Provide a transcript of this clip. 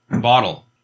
Bottle